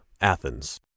Athens